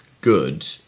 good